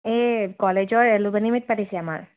এই কলেজৰ alumni meet পাতিছে আমাৰ